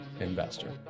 Investor